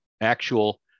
actual